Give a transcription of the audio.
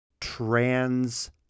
trans